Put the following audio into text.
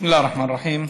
בסם אללה א-רחמאן א-רחים.